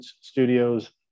studios